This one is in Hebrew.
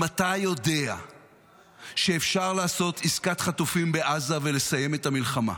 אם אתה יודע שאפשר לעשות עסקת חטופים בעזה ולסיים את המלחמה,